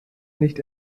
nicht